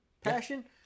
passion